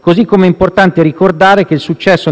colture ed è importante ricordare che il successo